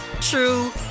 true